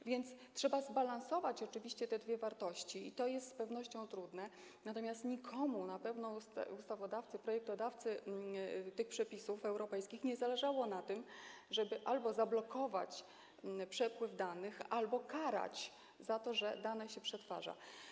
A więc trzeba oczywiście zbalansować te dwie wartości i to jest z pewnością trudne, natomiast na pewno nikomu, ustawodawcy, projektodawcy tych przepisów europejskich nie zależało na tym, żeby albo zablokować przepływ danych, albo karać za to, że dane się przetwarza.